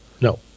No